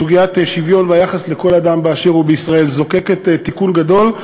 סוגיית השוויון והיחס לכל אדם באשר הוא בישראל זקוקה לתיקון גדול.